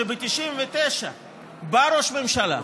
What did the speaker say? ב-1999 בא ראש ממשלה,